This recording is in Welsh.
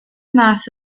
math